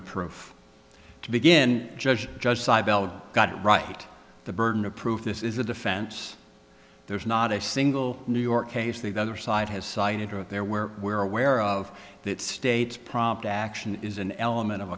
of proof to begin judge judge got it right the burden of proof this is a defense there's not a single new york case the other side has cited or there where we're aware of that state's prompt action is an element of